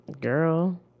Girl